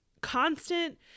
constant